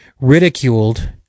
ridiculed